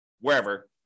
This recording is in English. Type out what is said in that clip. wherever